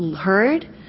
heard